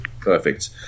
Perfect